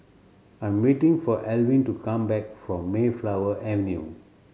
I am waiting for Elvin to come back from Mayflower Avenue